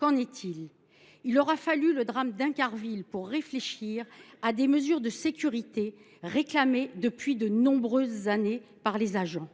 des sceaux ? Il aura fallu le drame d’Incarville pour réfléchir à des mesures de sécurité réclamées depuis de nombreuses années par les agents.